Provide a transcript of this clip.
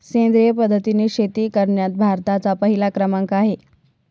सेंद्रिय पद्धतीने शेती करण्यात भारताचा पहिला क्रमांक आहे